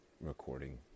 recording